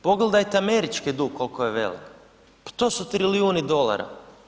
Pogledajte američki dug koliko je velik, pa to su trilijuni dolara.